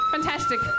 Fantastic